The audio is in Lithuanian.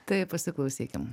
tai pasiklausykim